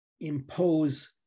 impose